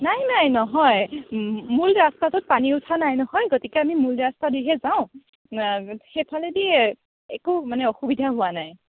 নাই নাই নহয় মূল ৰাজপথত পানী উঠা নাই নহয় গতিকে আমি মূল ৰাস্তা দিহে যাওঁ সেইফালেদি একো মানে অসুবিধা হোৱা নাই